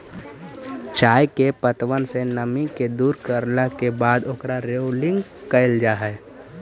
चाय के पत्तबन से नमी के दूर करला के बाद ओकर रोलिंग कयल जा हई